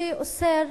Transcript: שאוסר,